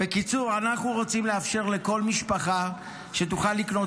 אנחנו רוצים לאפשר לכל משפחה שתוכל לקנות